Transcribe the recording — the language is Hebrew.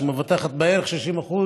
שמבטחת בערך 60%,